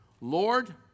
Lord